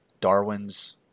Darwin's